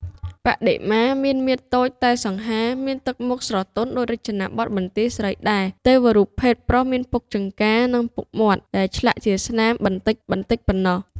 បដិមា មានមាឌតូចតែរាងសង្ហា មានទឹកមុខស្រទន់ដូចរចនាបថបន្ទាយស្រីដែរ ទេវរូបភេទប្រុសមានពុកចង្កា និងពុកមាត់ ដែលឆ្លាក់ជាស្នាម បន្តិចៗប៉ុណ្ណោះ។